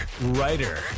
writer